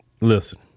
Listen